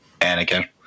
Anakin